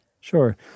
Sure